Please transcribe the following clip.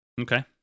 Okay